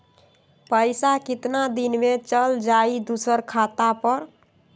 पैसा कितना दिन में चल जाई दुसर खाता पर?